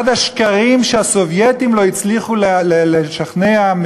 אחד השקרים שהסובייטים לא הצליחו לשכנע בהם